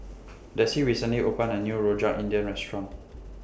Desi recently opened A New Rojak India Restaurant